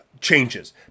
changes